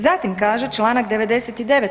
Zatim kaže Članak 99.